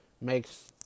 makes